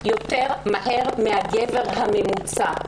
מהר יותר מהגבר הממוצע.